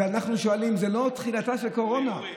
ואנחנו שואלים, זו לא תחילתה של קורונה.